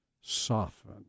soften